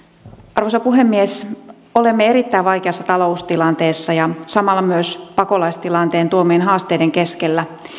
arvoisa puhemies olemme erittäin vaikeassa taloustilanteessa ja samalla myös pakolaistilanteen tuomien haasteiden keskellä